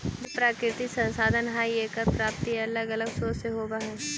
जल प्राकृतिक संसाधन हई एकर प्राप्ति अलग अलग स्रोत से होवऽ हई